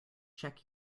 check